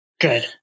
Good